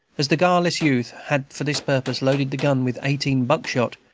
as the guileless youth had for this purpose loaded the gun with eighteen buck-shot,